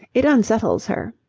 it unsettles her.